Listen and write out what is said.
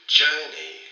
journey